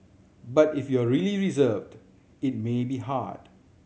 but if you are really reserved it may be hard